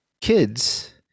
kids